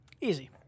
Easy